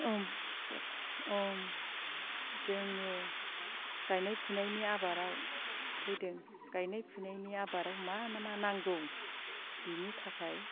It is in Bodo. अम इसोर अम जोङो गायनाय फुनायनि आबादाव फैदों गायनाय फुनायनि आबादाव मा मा नांगौ बेनि थाखाय